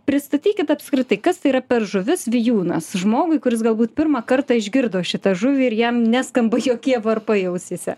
pristatykit apskritai kas tai yra per žuvis vijūnas žmogui kuris galbūt pirmą kartą išgirdo šitą žuvį ir jam neskamba jokie varpai ausyse